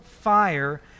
fire